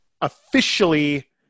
officially